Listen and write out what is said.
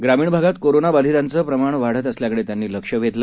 ग्रामीण भागात कोरोना बाधितांचं प्रमाण वाढत असल्याकडे त्यांनी लक्ष वेधलं